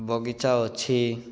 ବଗିଚା ଅଛି